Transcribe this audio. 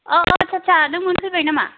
अ आदसा आदसा नों मोनफैबाय नामा